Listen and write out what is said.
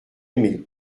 aimé